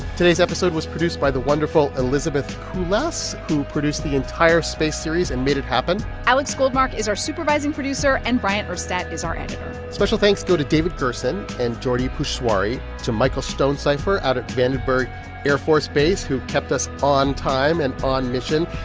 today's episode was produced by the wonderful elizabeth kulas, who produced the entire space series and made it happen alex goldmark is our supervising producer. and bryant urstadt is our editor special thanks go to david gersen and jordy pushwari, to michael stonecypher, out of vandenberg air force base, who kept us on time and on mission.